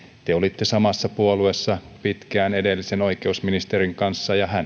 te olitte samassa puolueessa pitkään edellisen oikeusministerin kanssa ja hän